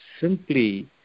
simply